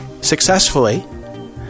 successfully